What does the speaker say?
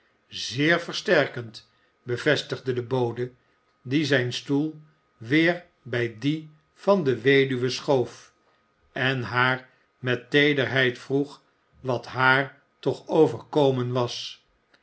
zeer versterkend bevestigde de bode die zijn stoel weer bij die van de weduwe schoof en haar met teederheid vroeg wat haar toch overkomen was